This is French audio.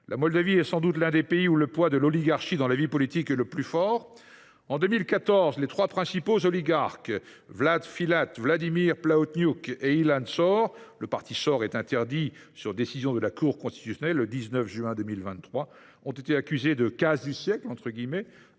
La Moldavie est sans doute l’un des pays où le poids de l’oligarchie dans la vie politique est le plus important. En 2014, les trois principaux oligarques, Vladimir Filat, Vladimir Plahotniuc et Ilan Sor – le parti Sor a été interdit sur décision de la Cour constitutionnelle le 19 juin 2023 –, ont été accusés d’avoir commis le «